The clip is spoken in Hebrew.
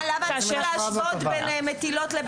למה צריך להשוות בין מטילות לבין חזירים?